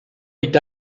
est